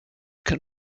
can